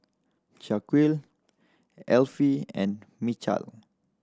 Shaquille Effie and Mychal